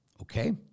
Okay